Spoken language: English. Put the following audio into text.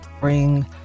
bring